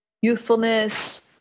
youthfulness